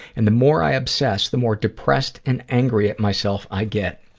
and the more i obsessed, the more depressed and angry at myself i get.